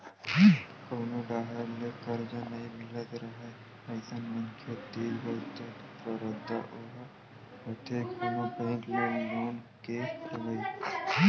कोनो डाहर ले करजा नइ मिलत राहय अइसन मनखे तीर बचथे दूसरा रद्दा ओहा होथे कोनो बेंक ले लोन के लेवई